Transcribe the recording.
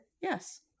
yes